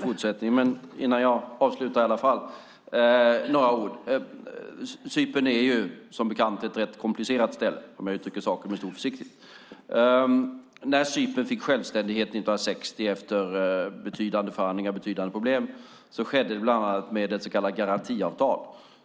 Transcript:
Fru talman! Jag önskar också god fortsättning. Cypern är som bekant ett rätt komplicerat ställe - om jag uttrycker saken med stor försiktighet. När Cypern fick självständighet 1960 efter betydande förhandlingar och problem skedde det bland annat med ett så kallat garantiavtal.